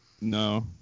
No